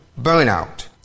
burnout